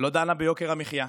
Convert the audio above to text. לא דנה ביוקר המחיה,